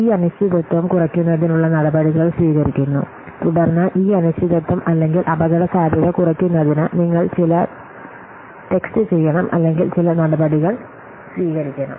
ഈ അനിശ്ചിതത്വം കുറയ്ക്കുന്നതിനുള്ള നടപടികൾ സ്വീകരിക്കുന്നു തുടർന്ന് ഈ അനിശ്ചിതത്വം അല്ലെങ്കിൽ അപകടസാധ്യത കുറയ്ക്കുന്നതിന് നിങ്ങൾ ചിലത് ടെക്സ്റ്റ് ചെയ്യണം അല്ലെങ്കിൽ ചില നടപടികൾ സ്വീകരിക്കണം